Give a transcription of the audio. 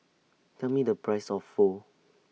Tell Me The Price of Pho